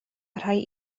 rhai